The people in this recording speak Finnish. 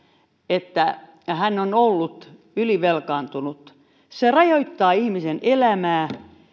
että hän on ollut ylivelkaantunut se rajoittaa ihmisen elämää